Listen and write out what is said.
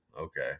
okay